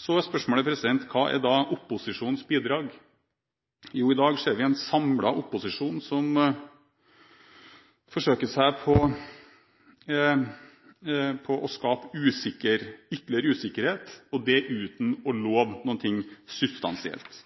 Så er spørsmålet: Hva er da opposisjonens bidrag? Jo, i dag ser vi en samlet opposisjon som forsøker å skape ytterligere usikkerhet – uten å love noen ting substansielt.